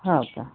हो का